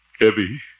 Evie